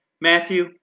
Matthew